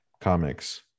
comics